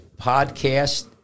podcast